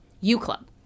U-Club